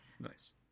Nice